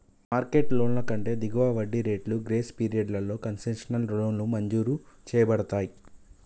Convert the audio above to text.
market లోన్ల కంటే దిగువ వడ్డీ రేట్లు, గ్రేస్ పీరియడ్లతో కన్సెషనల్ లోన్లు మంజూరు చేయబడతయ్